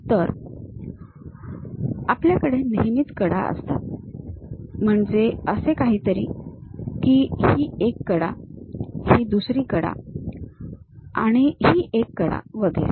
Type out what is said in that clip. तर आपल्याकडे नेहमीच कडा असतात म्हणजे असे काहीतरी की ही एक कडा ही दुसरी कडा आणि ही आणखी एक कडा वगैरे